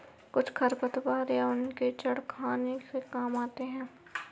कुछ खरपतवार या उनके जड़ खाने के काम आते हैं